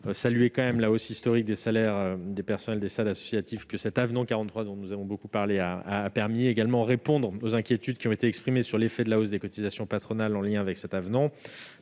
après-midi, la hausse historique des salaires des personnels des SAAD associatifs que cet avenant n° 43, que nous avons beaucoup évoqué, a permise. Permettez-moi également de répondre aux inquiétudes qui ont été exprimées sur l'effet de la hausse des cotisations patronales en lien avec cet avenant.